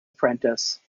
apprentice